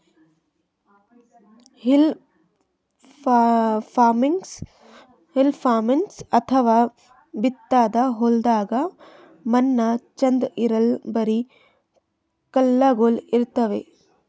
hill farming ಅಥವಾ ಬೆಟ್ಟದ್ ಹೊಲ್ದಾಗ ಮಣ್ಣ್ ಛಂದ್ ಇರಲ್ಲ್ ಬರಿ ಕಲ್ಲಗೋಳ್ ಇರ್ತವ್